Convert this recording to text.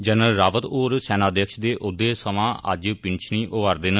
general Rawat होर सेनाध्यक्ष दे औह्दे सवां अज्ज पिन्शनी होआ'रदे न